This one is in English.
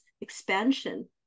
expansion